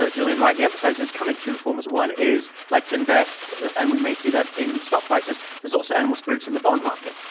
ah gillian rightly emphasizes, come in two forms. one is, let's invest and we may see that in stock prices. there's also animal spirits in the bond market.